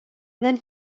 then